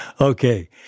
Okay